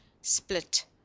split